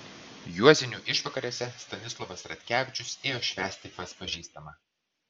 juozinių išvakarėse stanislovas ratkevičius ėjo švęsti pas pažįstamą